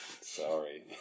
sorry